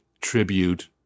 tribute